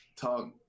talk